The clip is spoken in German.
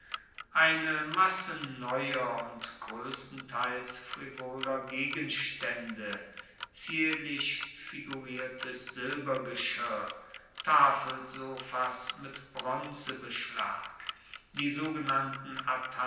eine masse neuer und groesstenteils frivoler gegenstaende zierlich figuriertes silbergeschirr tafelsofas mit bronzebeschlag die sogenannten